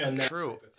True